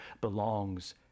belongs